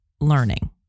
learning